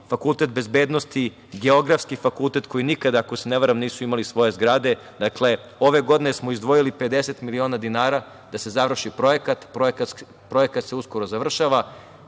fakultet bezbednosti, geografski fakultet koji nikada, ako se ne varam, nisu imali svoje zgrade, ove godine smo izdvojili 50 miliona dinara da se završi projekat. Projekat se uskoro završava. Idemo